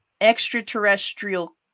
extraterrestrial